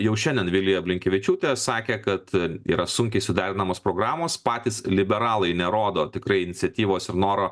jau šiandien vilija blinkevičiūtė sakė kad yra sunkiai suderinamos programos patys liberalai nerodo tikrai iniciatyvos ir noro